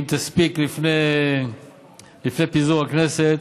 אם תספיק לפני פיזור הכנסת,